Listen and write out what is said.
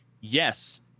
yes